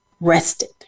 rested